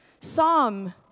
Psalm